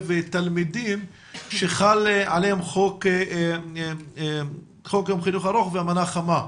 תלמידים שחל עליהם חוק יום חינוך ארוך ומנה חמה,